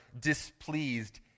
displeased